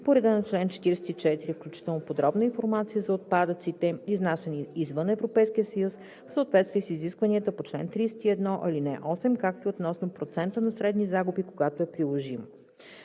по реда на чл. 44, включително подробна информация за отпадъците, изнасяни извън Европейския съюз в съответствие с изискванията по чл. 31, ал. 8, както и относно процента на средни загуби, когато е приложимо;